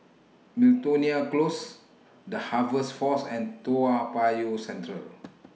Miltonia Close The Harvest Force and Toa Payoh Central